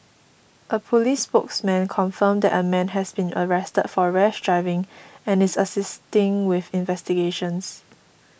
a police spokesman confirmed that a man has been arrested for rash driving and is assisting with investigations